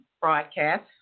broadcast